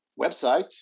website